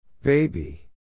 Baby